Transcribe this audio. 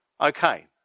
Okay